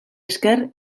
esker